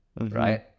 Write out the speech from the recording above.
Right